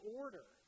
order